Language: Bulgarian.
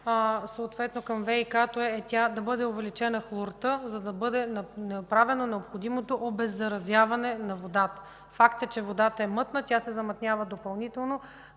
съответното ВиК, е да бъде увеличена хлорта, за да бъде направено необходимото обеззаразяване на водата. Факт е, че водата е мътна. Тя се замърсява допълнително